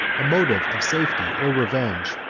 a motive of safety or revenge,